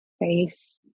face